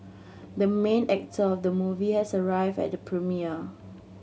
the main actor of the movie has arrived at the premiere